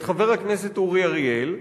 את חבר הכנסת אורי אריאל,